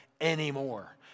anymore